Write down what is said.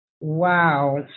wow